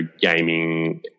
gaming